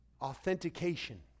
authentication